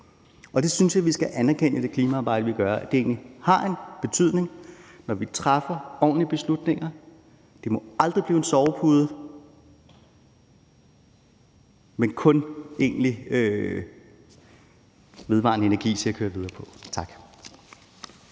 jeg synes, vi skal anerkende i det klimaarbejde, vi gør, at det har en betydning, når vi træffer ordentlige beslutninger. Det må aldrig blive en sovepude, men kun egentlig vedvarende energi til at køre videre på. Tak.